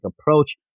approach